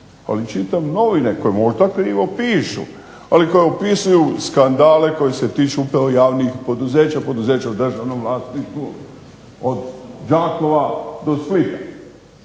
ali čitam novine koje možda krivo pišu, ali koje opisuju skandale koji se tiču upravo javnih poduzeća, poduzeća u državnom vlasništvu od Đakova do Splita